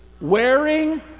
Wearing